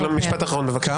אבל משפט אחרון בבקשה.